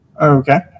Okay